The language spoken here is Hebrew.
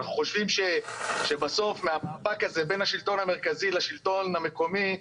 אנחנו חושבים שבסוף מהמאבק הזה בין השלטון המרכזי לשלטון המקומי,